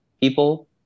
people